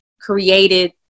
created